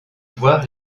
voir